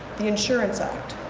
the insurance act.